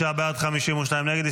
45 בעד, 52 נגד.